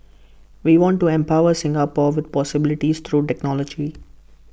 we want to empower Singapore with possibilities through technology